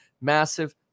Massive